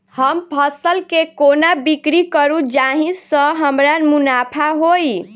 हम फसल केँ कोना बिक्री करू जाहि सँ हमरा मुनाफा होइ?